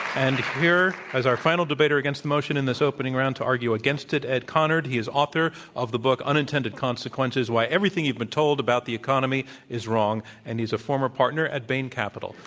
and here as our final debater against the motion, in this opening round, to argue against it, ed conard. he is author of the book unintended consequences why everything you've been told about the economy is wrong. and he's a former partner at bain capital.